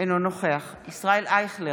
אינו נוכח ישראל אייכלר,